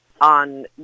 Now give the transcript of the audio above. on